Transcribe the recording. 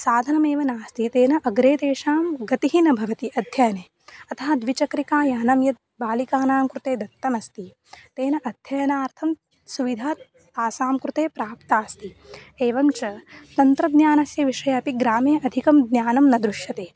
साधनमेव नास्ति तेन अग्रे तेषां गतिः न भवति अध्ययने अतः द्विचक्रिकायानं यद् बालिकानां कृते दत्तमस्ति तेन अध्ययनार्थं सुविधा तासां कृते प्राप्ता अस्ति एवं च तन्त्रज्ञानस्य विषये अपि ग्रामे अधिकं ज्ञानं न दृश्यते